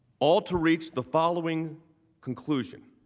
all to reach the following conclusion.